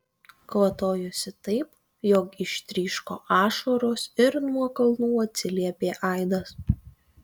kvatojosi taip jog ištryško ašaros ir nuo kalnų atsiliepė aidas